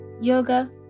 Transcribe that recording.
yoga